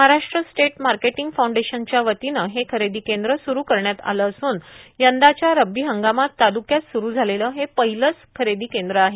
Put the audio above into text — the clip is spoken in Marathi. महाराष्ट्र स्टेट मार्केटिंग फेडरेशनच्या वतीने हे खरेदी केंद्र सुरु करण्यात आले असून यंदाच्या रबी हंगामात तालुक्यात सुरु झालेले हे पहिलेच खरेदी केंद्र आहे